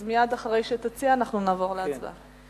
אז מייד אחרי שתציע אנחנו נעבור להצבעה.